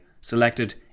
selected